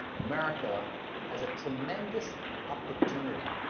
america has a tremendous opportunity.